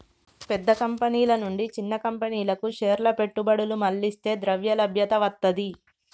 పెద్ద కంపెనీల నుంచి చిన్న కంపెనీలకు షేర్ల పెట్టుబడులు మళ్లిస్తే ద్రవ్యలభ్యత వత్తది